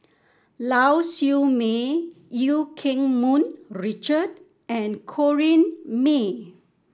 Lau Siew Mei Eu Keng Mun Richard and Corrinne May